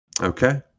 Okay